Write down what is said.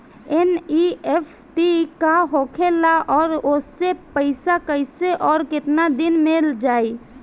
NEFT का होखेला और ओसे पैसा कैसे आउर केतना दिन मे जायी?